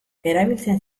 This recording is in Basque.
erabiltzen